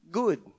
good